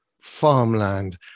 farmland